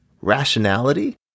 Rationality